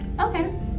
Okay